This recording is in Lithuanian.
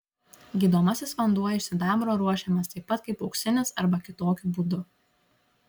gydomasis vanduo iš sidabro ruošiamas taip pat kaip auksinis arba kitokiu būdu